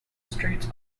streets